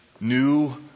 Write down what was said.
new